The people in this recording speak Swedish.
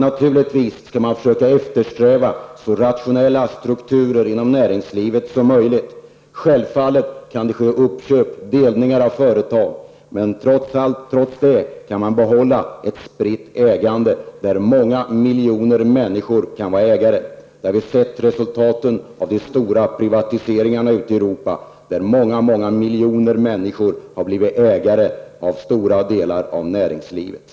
Naturligtvis skall man eftersträva så rationella strukturer som möjligt inom näringslivet. Självfallet kan det ske uppköp och delningar av företag, men trots det kan ett spritt ägande behållas med många miljoner människor som ägare. Vi har sett resultaten av det stora privatiseringarna ute i Europa där många miljoner människor har blivit ägare av stora delar av näringslivet.